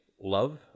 love